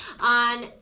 on